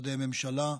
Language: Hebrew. משרדי ממשלה,